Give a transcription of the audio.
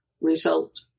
result